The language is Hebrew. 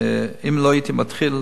כי אם לא הייתי מתחיל,